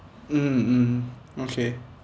mm mm okay